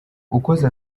ukoze